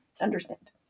understand